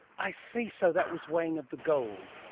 i see, so that was weighing of the gold.